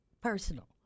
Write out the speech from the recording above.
personal